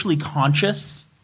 conscious